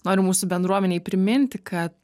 noriu mūsų bendruomenei priminti kad